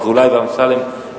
אזולאי ואמסלם,